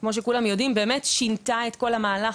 כמו שכולם יודעים, שינתה את כל המהלך.